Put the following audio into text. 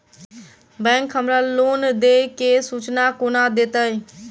Bank हमरा loan देय केँ सूचना कोना देतय?